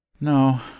No